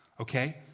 Okay